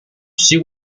she